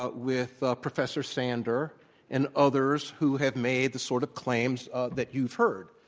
but with ah professor sander and others who have made the sort of claims ah that you've heard.